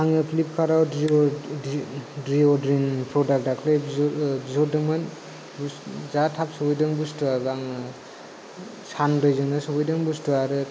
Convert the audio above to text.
आङो फ्लिपकार्टआव दिअ दिन प्रडाक दाखोलि बिहरदोंमोन जा थाब सफैदों बुसथुआ सानब्रैजोंनो सफैदों बुसथुआ आरो